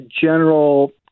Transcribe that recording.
general